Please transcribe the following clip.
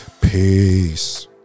peace